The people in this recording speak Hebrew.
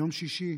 יום שישי,